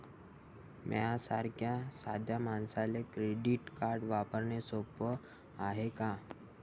माह्या सारख्या साध्या मानसाले क्रेडिट कार्ड वापरने सोपं हाय का?